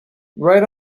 right